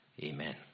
amen